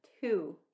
Two